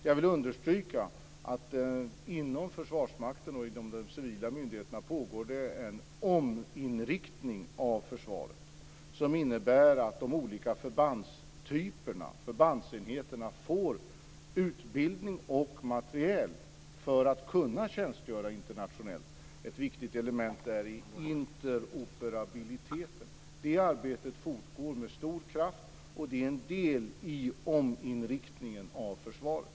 Jag vill understryka att det inom Försvarsmakten och de civila myndigheterna pågår en ominriktning av försvaret som innebär att de olika förbandstyperna, förbandsenheterna, får utbildning och materiel för att kunna tjänstgöra internationellt. Ett viktigt element är interoperabiliteten. Det arbetet fortgår med stor kraft, och det är en del i ominriktningen av försvaret.